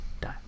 die